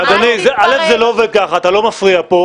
אדוני, א', זה לא עובד ככה, אתה לא מפריע פה.